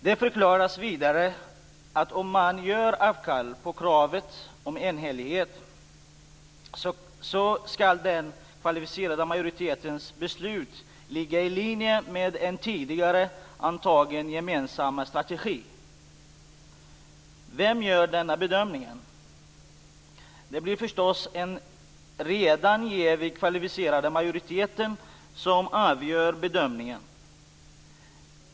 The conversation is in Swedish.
Det förklaras vidare att om man gör avkall på kravet om enhällighet så skall den kvalificerade majoritetens beslut ligga i linje med en tidigare antagen gemensam strategi. Vem gör denna bedömning? Det blir förstås en redan jävig kvalificerad majoritet som avgör bedömningen.